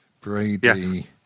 Brady